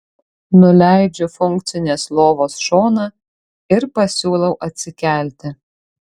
nuleidžiu funkcinės lovos šoną ir pasiūlau atsikelti